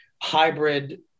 hybrid